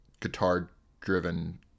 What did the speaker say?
guitar-driven